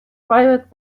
fired